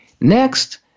next